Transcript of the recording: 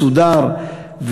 מסודר,